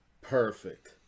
perfect